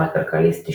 באתר כלכליסט,